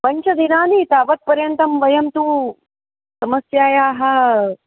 पञ्चदिनानि तावत् पर्यन्तं वयं तु समस्यायाः